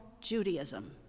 Judaism